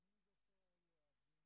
המאוחר, שלא עזר להרבה